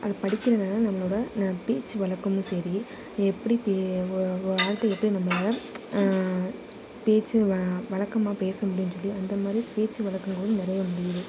அதை படிக்கிறதுனால நம்மளோடய பேச்சு வழக்கும் சரி எப்படி வாழ்க்கை எப்படி நம்மளால பேச்சு வழக்கமா பேச முடியும்னு சொல்லி அந்தமாதிரி பேச்சு வழக்குகளும் நிறைய முடியுது